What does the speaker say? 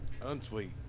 Unsweet